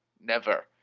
never!